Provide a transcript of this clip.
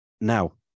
Now